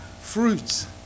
fruits